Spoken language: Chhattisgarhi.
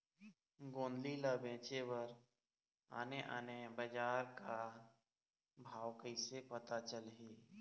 गोंदली ला बेचे बर आने आने बजार का भाव कइसे पता चलही?